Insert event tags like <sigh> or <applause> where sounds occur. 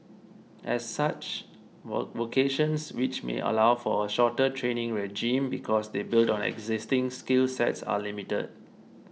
as such <unintelligible> vocations which may allow for a shorter training regime because they build on existing skill sets are limited